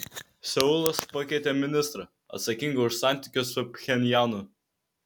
seulas pakeitė ministrą atsakingą už santykius su pchenjanu